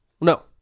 No